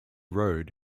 road